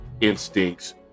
instincts